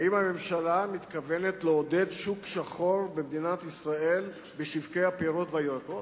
האם הממשלה מתכוונת לעודד שוק שחור במדינת ישראל בשוקי הפירות והירקות?